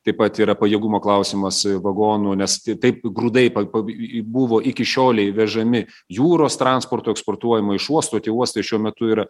taip pat yra pajėgumo klausimas a vagonų nes tai taip grūdai pab pab buvo i i i iki šiolei vežami jūros transportu eksportuojami iš uostų ties uostai šiuo metu yra